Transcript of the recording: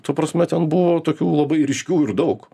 ta prasme ten buvo tokių labai ryškių ir daug